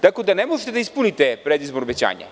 Tako da ne možete da ispunite predizborna obećanja.